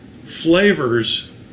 flavors